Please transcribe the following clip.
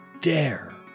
dare